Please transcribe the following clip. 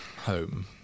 home